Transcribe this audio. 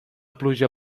pluja